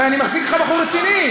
ואני מחזיק ממך בחור רציני.